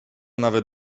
nawet